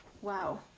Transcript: Wow